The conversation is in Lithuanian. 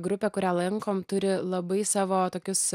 grupė kurią lankom turi labai savo tokius